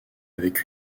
avec